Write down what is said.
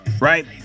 Right